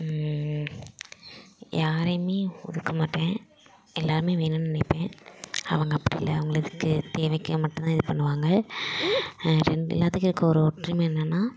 யாரையுமே ஒதுக்க மாட்டேன் எல்லாேருமே வேணுமென்னு நினைப்பேன் அவங்க அப்படி இல்லை அவங்ளுக்கு தேவைக்கு மட்டும்தா இது பண்ணுவாங்க எல்லாத்துக்கும் இருக்கிற ஒரு ஒற்றுமை என்னெனா